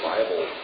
Bible